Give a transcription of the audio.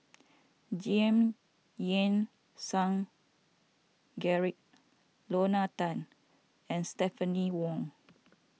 Giam Yean Song Gerald Lorna Tan and Stephanie Wong